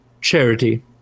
Charity